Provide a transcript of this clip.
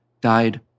died